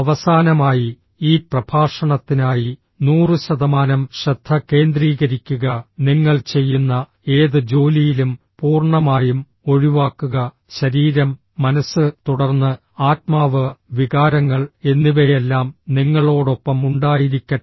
അവസാനമായി ഈ പ്രഭാഷണത്തിനായി 100 ശതമാനം ശ്രദ്ധ കേന്ദ്രീകരിക്കുക നിങ്ങൾ ചെയ്യുന്ന ഏത് ജോലിയിലും പൂർണ്ണമായും ഒഴിവാക്കുക ശരീരം മനസ്സ് തുടർന്ന് ആത്മാവ് വികാരങ്ങൾ എന്നിവയെല്ലാം നിങ്ങളോടൊപ്പം ഉണ്ടായിരിക്കട്ടെ